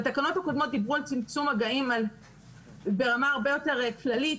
התקנות הקודמות דיברו על צמצום מגעים ברמה הרבה יותר כללית,